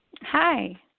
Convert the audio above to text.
Hi